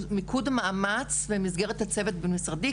מיקוד מאמץ במסגרת הצוות הבין-משרדי.